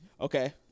Okay